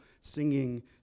singing